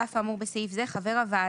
על אף האמור בסעיף זה, חבר הוועדה